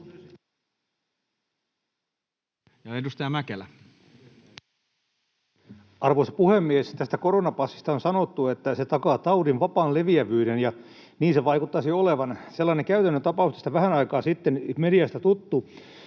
Content: Arvoisa puhemies! Tästä koronapassista on sanottu, että se takaa taudin vapaan leviävyyden, ja niin se vaikuttaisi olevan. Sellainen käytännön tapaus tästä vähän aikaa sitten, mediasta tuttu: